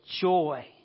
joy